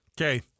Okay